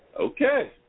Okay